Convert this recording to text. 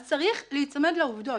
אז צריך להיצמד לעובדות,